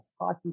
hockey